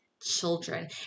children